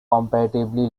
comparatively